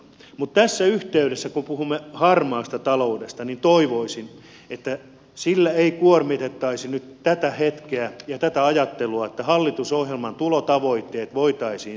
mutta tässä yhteydessä kun puhumme harmaasta taloudesta toivoisin että sillä ei kuormitettaisi nyt tätä hetkeä ja tätä ajattelua että hallitusohjelman tulotavoitteet voitaisiin saavuttaa